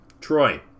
Troy